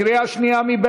קריאה שנייה.